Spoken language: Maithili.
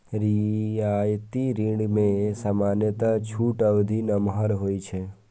रियायती ऋण मे सामान्यतः छूट अवधि नमहर होइ छै